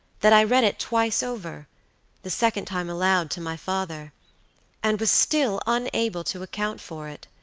that i read it twice over the second time aloud to my father and was still unable to account for it,